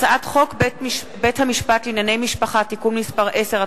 הצעת חוק בית-המשפט לענייני משפחה (תיקון מס' 10),